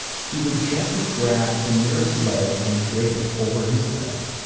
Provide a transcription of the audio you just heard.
he would gently grab the nearest leg and drape it over his leg.